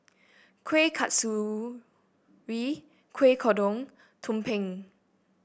Kueh Kasturi Kueh Kodok tumpeng